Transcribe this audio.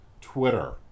Twitter